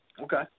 Okay